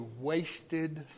wasted